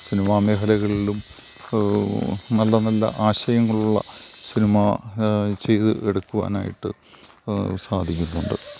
cinema മേഖലകളിലും നല്ല നല്ല ആശയങ്ങളുള്ള സിനിമ ചെയ്തെടുക്കുവാനായിട്ട് സാധിക്കുന്നുണ്ട്